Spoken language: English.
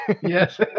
Yes